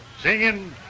singing